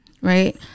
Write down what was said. right